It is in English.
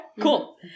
cool